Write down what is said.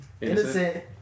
Innocent